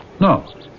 No